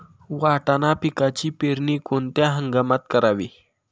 वाटाणा पिकाची पेरणी कोणत्या हंगामात करावी?